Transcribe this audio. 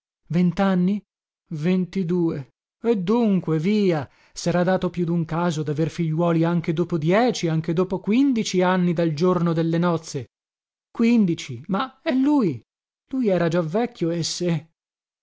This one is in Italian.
ventanni ventidue e dunque via sera dato più dun caso daver figliuoli anche dopo dieci anche dopo quindici anni dal giorno delle nozze quindici ma e lui lui era già vecchio e se